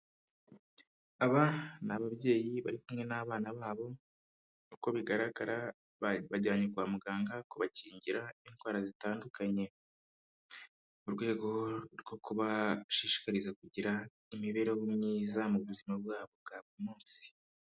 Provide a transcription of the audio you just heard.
Aba ni ababyeyi bari kumwe n'abana babo uko bigaragara bajyanye kwa muganga kubakingira indwara zitandukanye, mu rwego rwo kubashishikariza kugira imibereho myiza mu buzima bwabo bwa buri munsi.